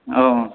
औ